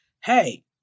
hey